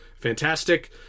fantastic